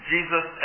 Jesus